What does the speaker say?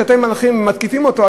כשאתם מתקיפים אותו,